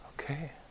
okay